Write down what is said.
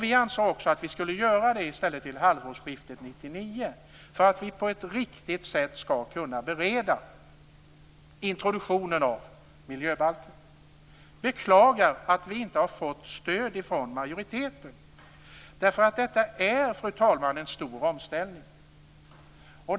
Vi anser också att vi skall göra det till halvårsskiftet 1999 för att vi på ett riktigt sätt skall kunna bereda introduktionen av miljöbalken. Jag beklagar att vi inte har fått stöd från majoriteten. Detta är en stor omställning, fru talman.